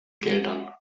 geldern